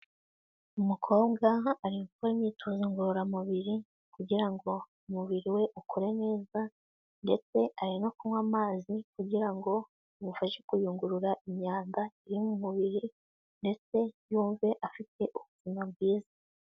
Umukobwa ari gukora imyitozo ngororamubiri, kugira ngo umubiri we ukore neza, ndetse ari no kunywa amazi kugira ngo imufashe kuyungurura imyanda y'umubiri, ndetse yumve afite ubuzima bwiza.